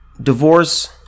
divorce